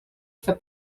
for